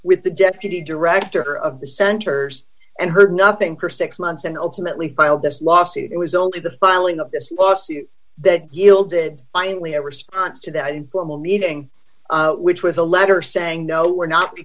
with the deputy director of the centers and heard nothing for six months and ultimately filed this lawsuit it was only the filing of this lawsuit that yielded finally a response to that informal meeting which was a letter saying no we're not be